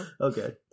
Okay